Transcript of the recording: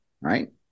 right